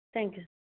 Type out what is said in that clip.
thank you